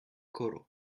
koro